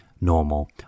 normal